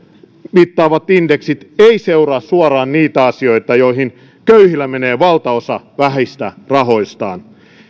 mittaavat indeksit eivät seuraa suoraan niitä asioita joihin köyhillä menee valtaosa vähistä rahoistaan